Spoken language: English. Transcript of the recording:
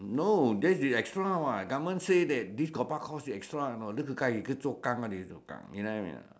no that is extra [what] government say that this hokkien extra lah you know hokkien you know what I mean or not